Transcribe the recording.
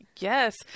yes